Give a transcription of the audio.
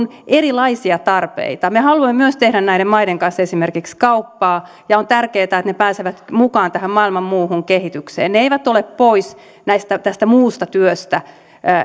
erilaisia tarpeita me haluamme myös tehdä näiden maiden kanssa esimerkiksi kauppaa ja on tärkeätä että ne pääsevät mukaan tähän maailman muuhun kehitykseen se ei ole pois tästä muusta työstä